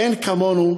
אין כמונו,